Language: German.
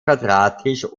quadratisch